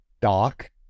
doc